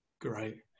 Great